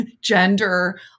gender